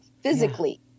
physically